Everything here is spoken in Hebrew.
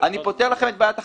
אני פותר לכם את בעיית החאפרים.